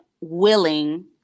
willing